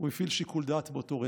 הוא הפעיל שיקול דעת באותו רגע.